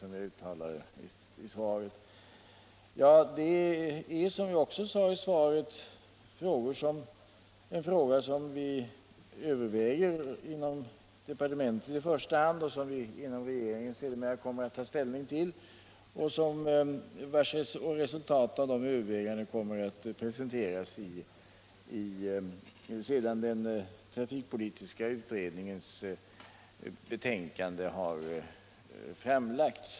Som jag sade i svaret gäller det en fråga som kommer att behandlas av den trafikpolitiska utredningen. Sedan utredningens betänkande framlagts kommer frågan att i första hand övervägas inom departementet, varefter regeringen kommer att ta ställning.